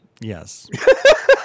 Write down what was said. Yes